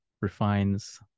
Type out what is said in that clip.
refines